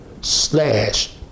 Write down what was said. slash